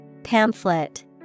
Pamphlet